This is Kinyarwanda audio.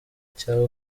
cya